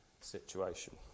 situation